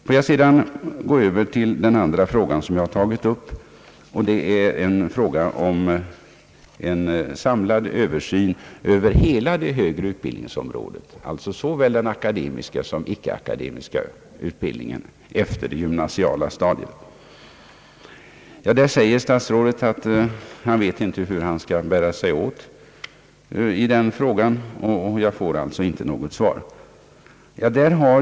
Får jag sedan gå över till den andra fråga som jag tagit upp, nämligen om en samlad översyn av hela det högre utbildningsområdet, såväl den akademiska som den icke-akademiska utbildningen efter det gymnasiala stadiet. Statsrådet säger att han inte vet hur han skall bära sig åt i den frågan, och jag får alltså inte något svar.